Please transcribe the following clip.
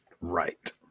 right